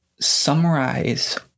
summarize